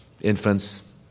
infants